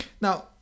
Now